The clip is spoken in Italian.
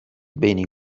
beni